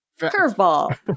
Curveball